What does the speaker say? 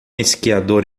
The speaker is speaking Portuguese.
esquiador